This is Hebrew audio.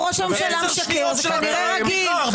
אם ראש הממשלה משקר, זה כנראה רגיל.